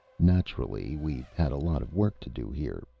naturally. we had a lot of work to do here.